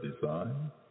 design